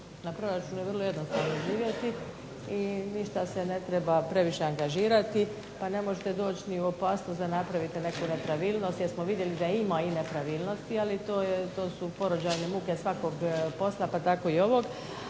Na proračunu je vrlo jednostavno živjeti i ništa se ne treba previše angažirati pa ne možete doći ni u opasnost da napravite neku nepravilnost, jer smo vidjeli da ima i nepravilnosti, ali to su porođajne muke svakog posla pa tako i ovog.